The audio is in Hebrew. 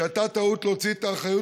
שזו הייתה טעות להוציא את האחריות